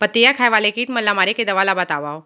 पत्तियां खाए वाले किट ला मारे के दवा ला बतावव?